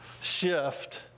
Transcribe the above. shift